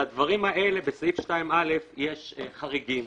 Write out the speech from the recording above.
לדברים האלה בסעיף 2א יש חריגים.